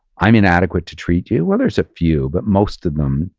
i'm inadequate to treat. yeah well, there's a few, but most of them,